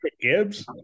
Gibbs